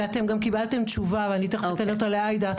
ואתם גם קיבלתם תשובה, ואני תיכף אתן אותה לעאידה.